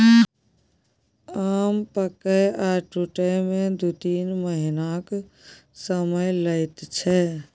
आम पाकय आ टुटय मे दु तीन महीनाक समय लैत छै